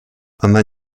она